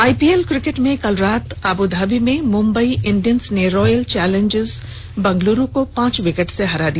IPL cricket में कल रात अबुधाबी में मुंबई इंडियंस ने रॉयल चौलेंजर्स बैंगलोर को पांच विकेट से हरा दिया